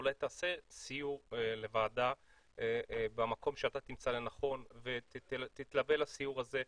אולי תעשה סיור לוועדה במקום שאתה תמצא לנכון ותתלווה לסיור הזה,